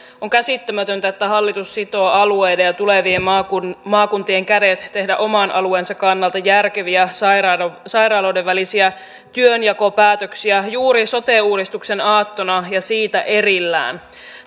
on käsittämätöntä että hallitus sitoo alueiden ja tulevien maakuntien kädet tehdä oman alueensa kannalta järkeviä sairaaloiden sairaaloiden välisiä työnjakopäätöksiä juuri sote uudistuksen aattona ja siitä erillään